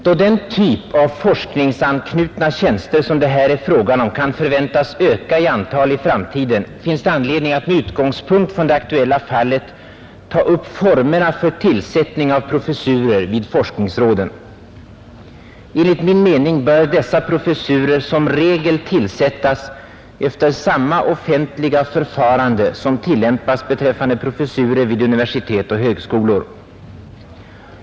Då den typ av forskningsrådsanknutna tjänster som det här är fråga om kan förväntas öka i antal i framtiden finns det anledning att med utgångspunkt i det aktuella fallet ta upp formerna för tillsättning av professurer vid forskningsråden. Enligt min mening bör dessa professurer som regel tillsättas efter samma offentliga förfarande som tillämpas beträffande professurer vid universitet och högskolor.